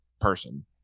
person